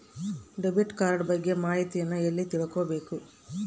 Debit card ಬಗ್ಗೆ ಮಾಹಿತಿಯನ್ನ ಎಲ್ಲಿ ತಿಳ್ಕೊಬೇಕು?